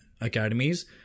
academies